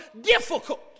difficult